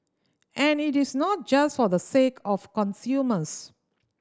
and it is not just for the sake of consumers